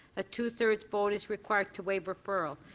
a two thirds vote is required to waive referral.